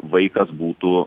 vaikas būtų